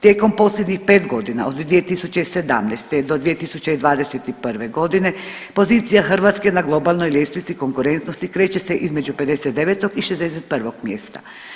Tijekom posljednjih 5 godina od 2017. do 2021. godine pozicija Hrvatske na globalnoj ljestvici konkurentnosti kreće se između 59 i 61 mjesta.